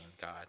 God